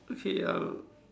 okay um